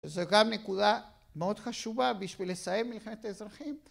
זה גם נקודה מאוד חשובה בשביל לסיים מלחמת האזרחים